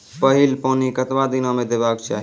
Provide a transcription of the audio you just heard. पहिल पानि कतबा दिनो म देबाक चाही?